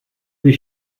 des